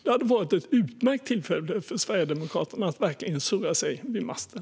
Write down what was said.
Det hade varit ett utmärkt tillfälle för Sverigedemokraterna att verkligen surra sig vid masten.